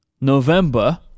November